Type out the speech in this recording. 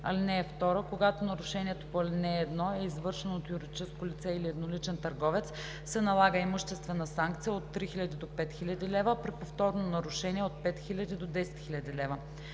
лв. (2) Когато нарушението по ал. 1 е извършено от юридическо лице или едноличен търговец, се налага имуществена санкция от 3000 до 5000 лв., а при повторно нарушение – от 5000 до 10 000 лв.